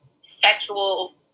sexual